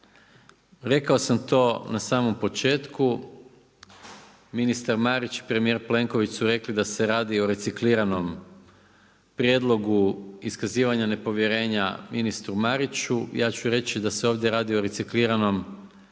Rekao sam to na samom početku, ministar Marić i premijer Plenković su rekli da se radi o recikliranom prijedlogu iskazivanja nepovjerenja ministru Mariću. Ja ću reći da se ovdje radi o recikliranom